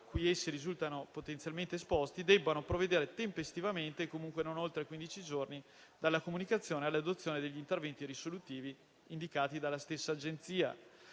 cui essi risultano potenzialmente esposti, debbano provvedere tempestivamente, e comunque non oltre quindici giorni dalla comunicazione, all'adozione degli interventi risolutivi indicati dalla stessa Agenzia.